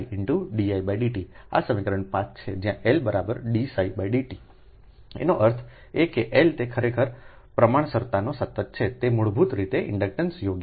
didt આ સમીકરણ 5 છે જ્યાંL dψdi એનો અર્થ એ કે L તે ખરેખર પ્રમાણસરતાનો સતત છે તે મૂળભૂત રીતે ઇન્ડક્ટન્સ યોગ્ય છે